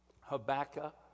Habakkuk